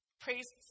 priest's